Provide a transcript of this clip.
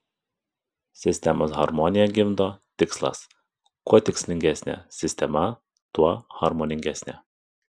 sistemos harmoniją gimdo tikslas kuo tikslingesnė sistema tuo harmoningesnė